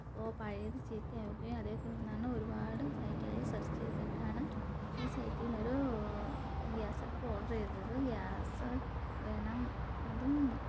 അപ്പോൾ പഴയത് ചീത്തയാവുകയും അതേത്തുടർന്നാണ് ഒരുപാട് സൈറ്റുകൾ സെർച്ച് ചെയ്തിട്ടാണ് ഈ സൈറ്റിൽ നിന്നൊരു ഗ്യാസ് അടുപ്പ് ഓഡർ ചെയ്തത് ഗ്യാസ് വേണം അതും